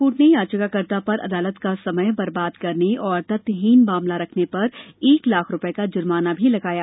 court ने याचिकाकर्ता पर अदालत का समय बर्बाद करने और तथ्यहीन मामला रखने पर एक लाख का जुर्माना भी लगाया